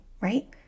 right